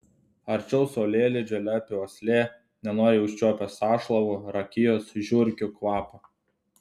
arčiau saulėlydžio lepi uoslė nenoriai užčiuopia sąšlavų rakijos žiurkių kvapą